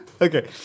Okay